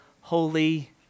holy